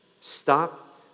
Stop